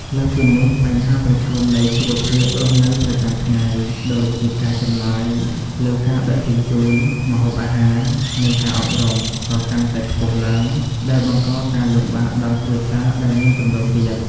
លើសពីនេះ បញ្ហាប្រឈមនៃជីវភាពរស់នៅប្រចាំថ្ងៃ ដូចជាការចំណាយលើការដឹកជញ្ជូន ម្ហូបអាហារ និងការអប់រំ ក៏កាន់តែខ្ពស់ឡើង ដែលបង្កការលំបាកដល់គ្រួសារដែលមានចំណូលទាប។